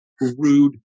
rude